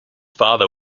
father